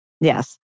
Yes